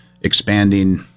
expanding